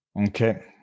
Okay